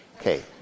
Okay